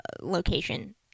location